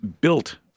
built